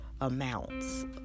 amounts